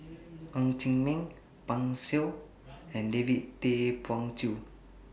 Ng Chee Meng Pan Shou and David Tay Poey Cher